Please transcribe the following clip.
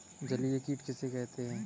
जलीय कीट किसे कहते हैं?